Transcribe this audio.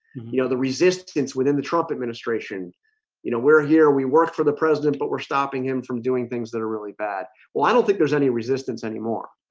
you know, the resistance within the trump administration you know, we're here we work for the president, but we're stopping him from doing things that are really bad well, i don't think there's any resistance anymore